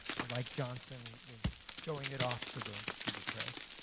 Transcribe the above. and like johnson, was showing it off to the to the press.